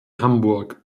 hamburg